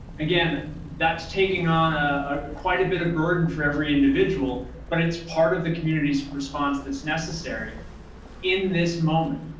again, that's taking on ah quite a bit of burden for every individual. but it's part of the community's response that's necessary in this moment.